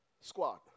Squad